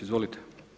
Izvolite.